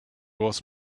was